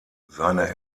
seine